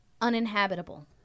uninhabitable